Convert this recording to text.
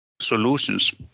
solutions